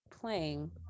playing